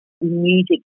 music